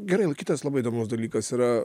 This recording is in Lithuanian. gerai o kitas labai įdomus dalykas yra